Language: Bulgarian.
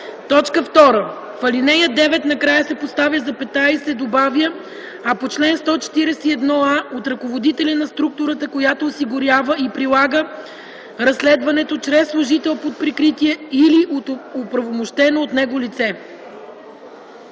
2. В ал. 9 накрая се поставя запетая и се добавя „а по чл. 141а - от ръководителя на структурата, която осигурява и прилага разследването чрез служител под прикритие, или от оправомощено от него лице”.”